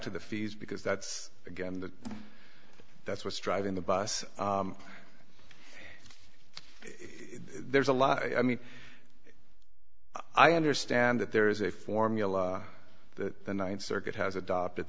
to the fees because that's again the that's what's driving the bus if there's a lot i mean i understand that there is a formula that the ninth circuit has adopted